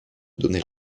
donner